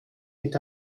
mit